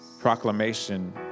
proclamation